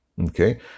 Okay